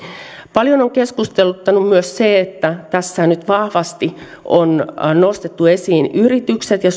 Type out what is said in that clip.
paljon on keskusteluttanut myös se että tässä nyt vahvasti on on nostettu esiin yritykset ja